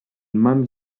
mans